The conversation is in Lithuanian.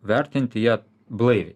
vertinti ją blaiviai